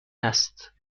است